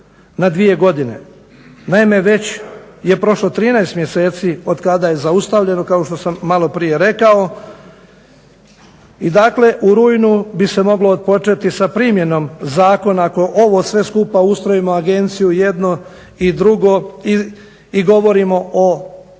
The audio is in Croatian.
Naime, već je prošlo 13 mjeseci otkada je zaustavljeno kao što sam maloprije rekao i dakle u rujnu bi se moglo otpočeti sa primjenom zakona ako ovo sve skupa ustrojimo agenciju, jedno i drugo i govorimo o